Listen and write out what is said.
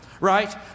right